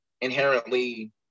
inherently